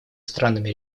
странами